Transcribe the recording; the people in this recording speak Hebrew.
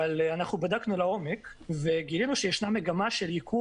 אבל אנחנו בדקנו לעומק וגילינו שישנה מגמה של ייקור